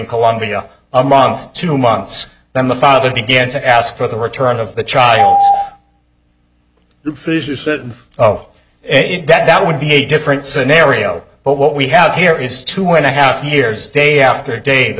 colombia amount of two months then the father began to ask for the return of the child fischer said oh that would be a different scenario but what we have here is two and a half years day after day the